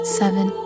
seven